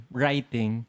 writing